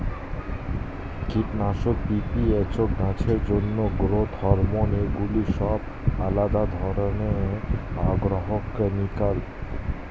কীটনাশক, পি.পি.এইচ, গাছের জন্য গ্রোথ হরমোন এগুলি সব আলাদা ধরণের অ্যাগ্রোকেমিক্যাল